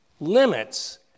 Limits